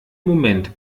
moment